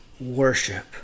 worship